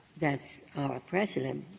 that's our precedent.